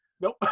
nope